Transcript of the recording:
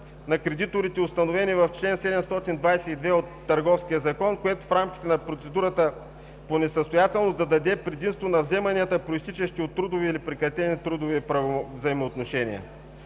на кредиторите, установени в чл. 722 от Търговския закон, което в рамките на процедурата по несъстоятелност да даде предимство на вземанията, произтичащи от трудови или прекратени трудови взаимоотношения.